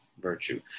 virtue